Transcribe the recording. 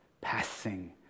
passing